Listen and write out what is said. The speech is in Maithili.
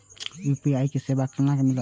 यू.पी.आई के सेवा केना मिलत?